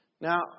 Now